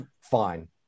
fine